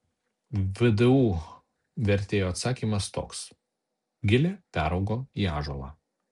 vdu vertėjo atsakymas toks gilė peraugo į ąžuolą